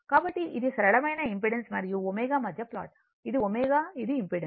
కాబట్టి ఇది సరళమైన ఇంపెడెన్స్ మరియు ω మధ్య ప్లాట్ ఇది ω ఇది ఇంపెడెన్స్